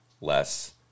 less